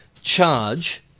charge